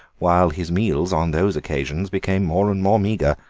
while his meals on those occasions became more and more meagre.